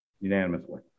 unanimously